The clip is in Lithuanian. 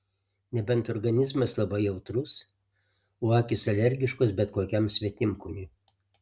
nebent organizmas labai jautrus o akys alergiškos bet kokiam svetimkūniui